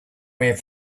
wave